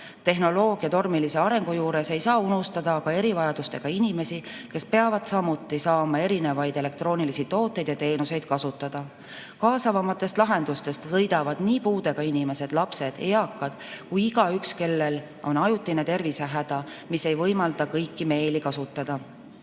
Tehnoloogia tormilise arengu juures ei saa unustada ka erivajadustega inimesi, kes peavad samuti saama erinevaid elektroonilisi tooteid ja teenuseid kasutada. Kaasavamatest lahendustest võidavad nii puudega inimesed, lapsed, eakad kui ka igaüks, kellel see on ajutine tervisehäda, mis ei võimalda kõiki meeli kasutada.